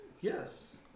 Yes